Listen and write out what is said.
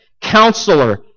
counselor